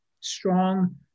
strong